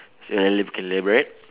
so help to elaborate